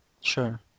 Sure